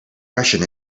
freshen